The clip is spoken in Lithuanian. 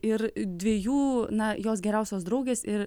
ir dviejų na jos geriausios draugės ir